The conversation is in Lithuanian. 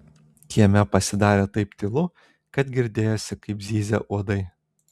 kieme pasidarė taip tylu kad girdėjosi kaip zyzia uodai